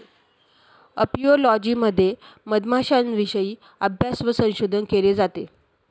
apiology मध्ये मधमाश्यांविषयी अभ्यास व संशोधन केले जाते